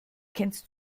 kennst